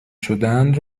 شدهاند